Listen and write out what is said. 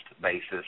basis